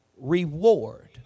reward